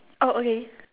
oh okay